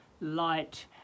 Light